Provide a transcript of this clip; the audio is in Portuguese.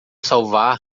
salvar